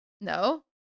No